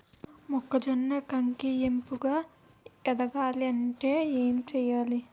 మొక్కజొన్న కంకి ఏపుగ ఎదగాలి అంటే ఏంటి చేయాలి?